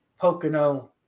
Pocono